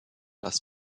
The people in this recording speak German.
das